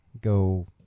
go